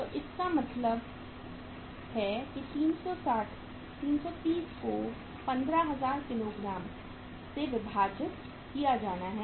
तो इसका मतलब है कि 330 को 15000 किलोग्राम से विभाजित किया गया है